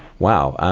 wow,